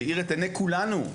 שהעיר את עיניי כולנו.